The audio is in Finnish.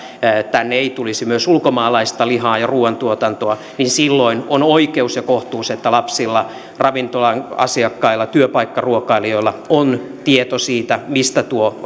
tänne ei tulisi myös ulkomaalaista lihaa ja ruuantuotantoa niin silloin on oikeus ja kohtuus että lapsilla ravintola asiakkailla työpaikkaruokailijoilla on tieto siitä mistä